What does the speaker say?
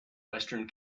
western